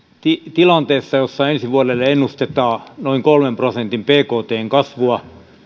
tilanteessa jossa ensi vuodelle ennustetaan noin kolmen prosentin bktn kasvua